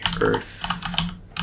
Earth